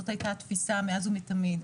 זאת הייתה התפיסה מאז ומתמיד,